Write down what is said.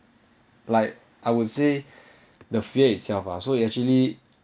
like I would say the fear itself ah so you actually